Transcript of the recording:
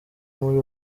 muri